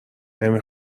نمی